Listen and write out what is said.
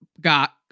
got